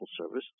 service